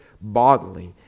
bodily